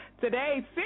Today